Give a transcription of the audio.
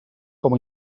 com